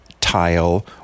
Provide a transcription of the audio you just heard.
tile